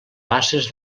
basses